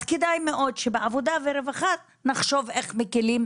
אז כדאי מאוד שבעבודה ורווחה נחשוב איך מקלים דווקא על החלשים.